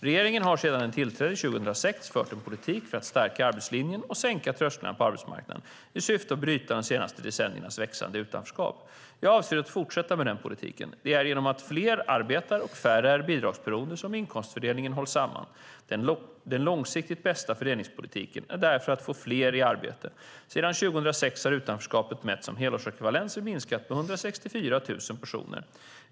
Regeringen har sedan den tillträdde 2006 fört en politik för att stärka arbetslinjen och sänka trösklarna in på arbetsmarknaden, i syfte att bryta de senaste decenniernas växande utanförskap. Jag avser att fortsätta med den politiken. Det är genom att fler arbetar och färre är bidragsberoende som inkomstfördelningen hålls samman. Den långsiktigt bästa fördelningspolitiken är därför att få fler i arbete. Sedan 2006 har utanförskapet, mätt som helårsekvivalenser, minskat med 164 000 personer.